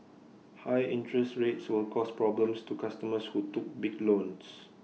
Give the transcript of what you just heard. high interest rates will cause problems to customers who took big loans